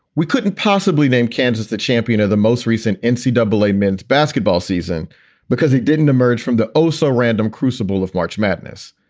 we couldn't possibly name kansas the champion of the most recent and ncw double-a men's basketball season because he didn't emerge from the oh so random crucible of march madness.